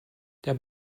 der